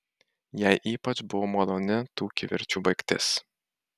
jai ypač buvo maloni tų kivirčų baigtis